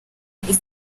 izaba